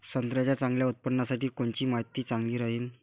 संत्र्याच्या चांगल्या उत्पन्नासाठी कोनची माती चांगली राहिनं?